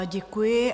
Děkuji.